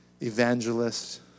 evangelist